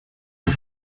eux